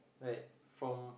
right from